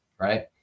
right